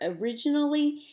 originally